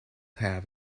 have